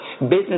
business